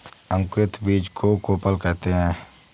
अंकुरित बीज को कोपल कहते हैं